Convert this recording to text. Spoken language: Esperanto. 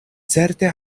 certe